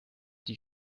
die